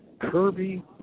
Kirby